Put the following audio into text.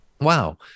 wow